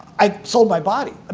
i sold my body. ah